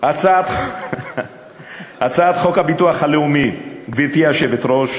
הצעת חוק הביטוח הלאומי (תיקון מס' 149). גברתי היושבת-ראש,